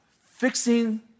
fixing